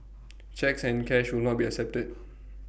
cheques and cash will not be accepted